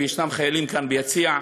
ויש חיילים כאן ביציע,